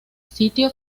sitio